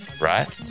right